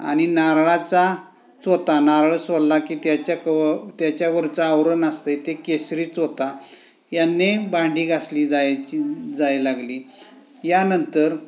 आणि नारळाचा चोथा नारळ सोलला की त्याच्या क त्याच्यावरचा आवरण असतं ते केसरी चोथा यांनी भांडी घासली जायची जायला लागली यानंतर